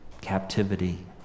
captivity